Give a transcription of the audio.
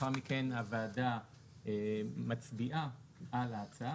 ולאחר מכן הוועדה מצביעה על ההצעה.